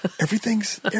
Everything's